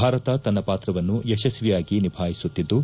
ಭಾರತ ತನ್ನ ಪಾತ್ರವನ್ನು ಯಶಸ್ತಿಯಾಗಿ ನಿಭಾಯಿಸುತ್ತಿದ್ದು